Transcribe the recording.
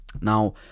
Now